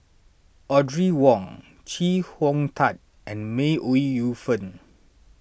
Audrey Wong Chee Hong Tat and May Ooi Yu Fen